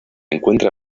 encuentra